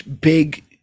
big